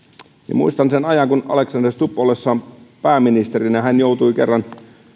muistan sen ajan kun alexander stubb ollessaan pääministerinä joutui kerran